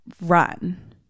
run